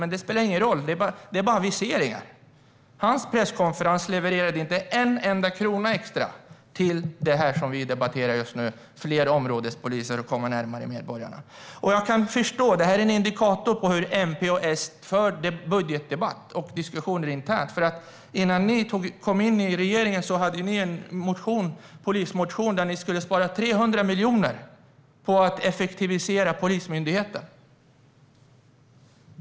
Men det spelar ingen roll. Det är bara aviseringar. Hans presskonferens levererade inte en enda krona extra till det som vi debatterar just nu, nämligen fler områdespoliser som ska komma närmare medborgarna. Jag förstår att det här är en indikator på hur MP och S för budgetdebatter och diskussioner internt. Innan ni kom in i regeringen hade ni en polismotion där ni skulle spara 300 miljoner på att effektivisera Polismyndigheten.